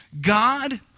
God